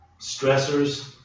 stressors